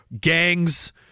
gangs